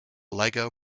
lego